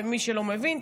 למי שלא מבין,